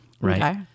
right